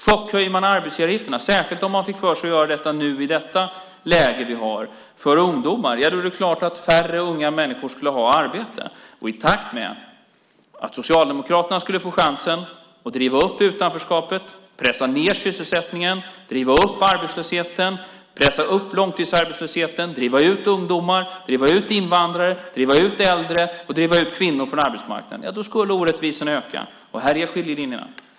Chockhöjer man arbetsgivaravgifterna, särskilt om man fick för sig att göra detta i det läge vi nu har för ungdomar, är det klart att färre unga människor skulle få arbete. I takt med att Socialdemokraterna skulle få chansen att driva upp utanförskapet, pressa ned sysselsättningen, driva upp arbetslösheten, pressa upp långtidsarbetslösheten, driva ut ungdomar, driva ut invandrare, driva ut äldre och driva ut kvinnor från arbetsmarknaden skulle orättvisorna öka. Här är skiljelinjerna.